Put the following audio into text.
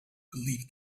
believe